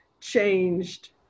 changed